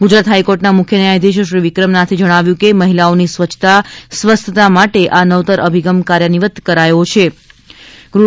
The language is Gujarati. ગુજરાત હાઇકોર્ટના મુખ્ય ન્યાયાધીશ શ્રી વિક્રમનાથે જણાવ્યું હતું કે મહિલાઓની સ્વચ્છતા સ્વસ્થતા માટે આ નવતર અભિગમ કાર્યાન્વિત કરાયો છે તે પ્રશંસનીય છે